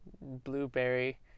Blueberry